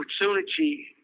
opportunity